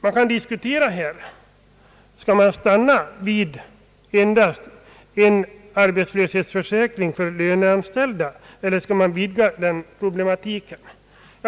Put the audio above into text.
Man kan visserligen diskutera huruvida man skall stanna vid en arbetslöshetsförsäkring endast för löneanställda eller vid ga problematiken.